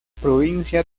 provincia